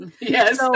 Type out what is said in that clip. Yes